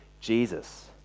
Jesus